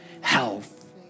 health